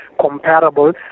comparable